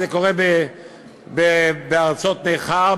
זה קורה בארצות נכר,